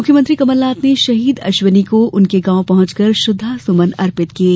मुख्यमंत्री कमलनाथ ने शहीद अश्विनी को उनके गांव पहुंचकर श्रद्वा सुमन अर्पित किये